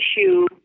issue